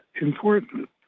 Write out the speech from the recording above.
important